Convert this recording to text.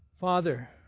Father